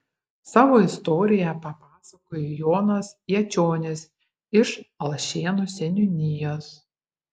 savo istoriją papasakojo jonas jočionis iš alšėnų seniūnijos